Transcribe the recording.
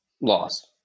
loss